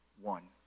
one